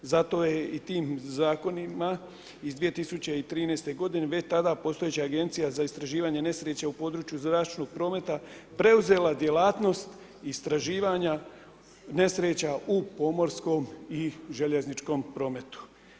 Zato je i tim zakonima iz 2013. godine već tada postojeća Agencija za istraživanje nesreća u području zračnog prometa preuzela djelatnost istraživanja nesreća u pomorskom i željezničkom prometu.